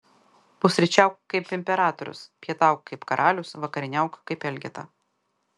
pusryčiauk kaip imperatorius pietauk kaip karalius vakarieniauk kaip elgeta